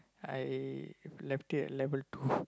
I left it at level two